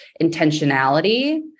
intentionality